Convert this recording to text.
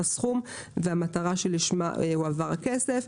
הסכום והמטרה שלשמה הועבר הכסף.